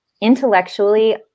intellectually